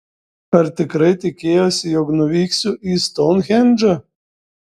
ar tikrai tikėjosi jog nuvyksiu į stounhendžą